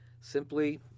Simply